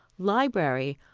library,